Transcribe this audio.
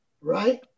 right